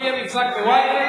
עכשיו יהיה מבזק ב-Ynet,